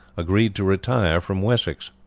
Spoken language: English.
agreed to retire from wessex.